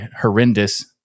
horrendous